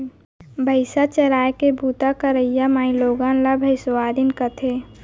भईंसा चराय के बूता करइया माइलोगन ला भइंसवारिन कथें